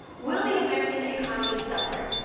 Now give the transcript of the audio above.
will the american economy suffer?